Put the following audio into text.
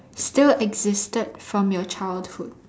still existed from your childhood